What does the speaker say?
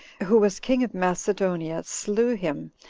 who was king of macedonia, slew him,